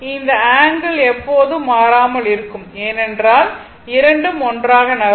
இந்த ஆங்கிள் எப்போதும் மாறாமல் இருக்கும் ஏனென்றால் இரண்டும் ஒன்றாக நகரும்